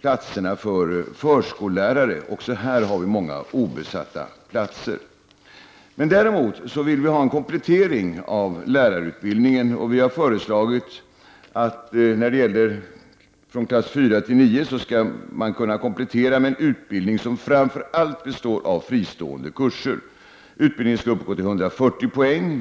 platser för förskollärare. Även här finns det många obesatta platser. Däremot vill vi ha en komplettering av lärarutbildningen. Vi har föreslagit att man beträffande klasserna 4-9 skall kunna komplettera med en utbildning som framför allt består av fristående kurser. Kravet är 140 poäng.